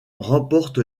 remporte